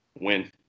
Win